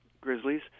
grizzlies